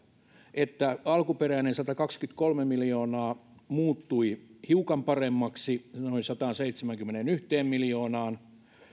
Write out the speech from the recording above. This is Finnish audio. että tämän tuen osalta alkuperäinen satakaksikymmentäkolme miljoonaa muuttui hiukan paremmaksi noin sataanseitsemäänkymmeneenyhteen miljoonaan